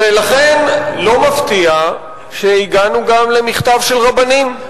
ולכן לא מפתיע שהגענו גם למכתב של רבנים,